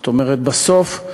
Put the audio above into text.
זאת אומרת, בסוף,